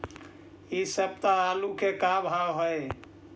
इ सप्ताह आलू के का भाव है?